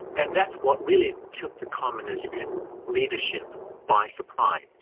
and that's what really took the communist leadership by surprise,